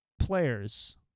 players